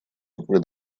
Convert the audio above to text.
рукой